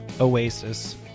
Oasis